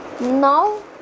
Now